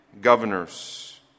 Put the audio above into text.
governors